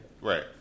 Right